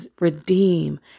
redeem